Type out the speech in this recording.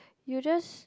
you just